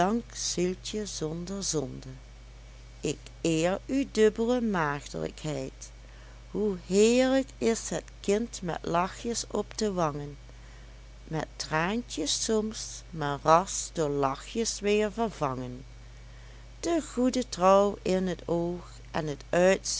zieltje zonder zonde ik eer uw dubble maagdlijkheid hoe heerlijk is het kind met lachjes op de wangen met traantjes soms maar ras door lachjes weer vervangen de goede trouw in t oog en t